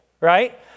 right